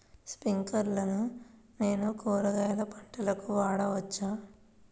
స్ప్రింక్లర్లను నేను కూరగాయల పంటలకు వాడవచ్చా?